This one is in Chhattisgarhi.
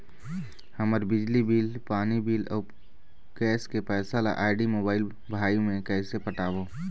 हमर बिजली बिल, पानी बिल, अऊ गैस के पैसा ला आईडी, मोबाइल, भाई मे कइसे पटाबो?